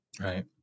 Right